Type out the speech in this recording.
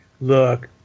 look